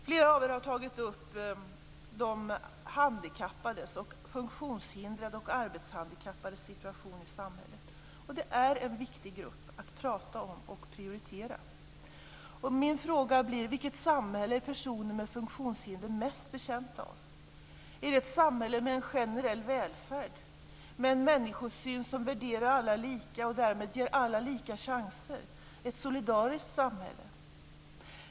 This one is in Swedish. Flera av er har tagit upp de funktionshindrades och arbetshandikappades situation i samhället. Det är viktigt att prata om och prioritera denna grupp. Min fråga blir följande: Vilket samhälle är personer med funktionshinder mest betjänta av? Är det ett samhälle med en generell välfärd och med en människosyn där alla värderas lika och alla därmed ges lika chanser - ett solidariskt samhälle?